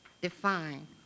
define